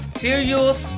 serious